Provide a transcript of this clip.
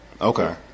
Okay